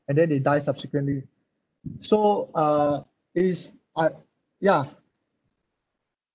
and then they die subsequently so uh it's uh ya